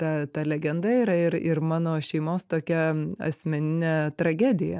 ta ta legenda yra ir ir mano šeimos tokia asmeninė tragedija